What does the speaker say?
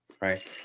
right